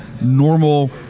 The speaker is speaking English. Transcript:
normal